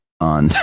On